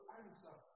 answer